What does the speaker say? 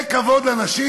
זה כבוד לנשים?